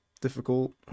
difficult